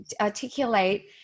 articulate